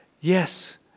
yes